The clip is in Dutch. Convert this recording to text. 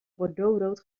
bordeauxrood